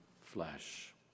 flesh